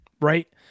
right